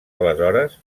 aleshores